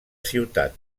ciutat